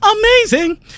amazing